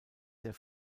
der